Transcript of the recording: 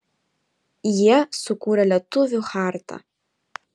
jie sukūrė lietuvių chartą